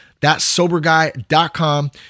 thatsoberguy.com